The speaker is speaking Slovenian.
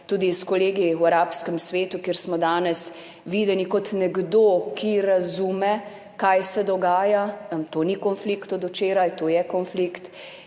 tudi s kolegi v arabskem svetu, kjer smo danes videni kot nekdo, ki razume, kaj se dogaja, to ni konflikt od včeraj, to je konflikt,